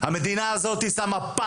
שנייה אני אתן לך,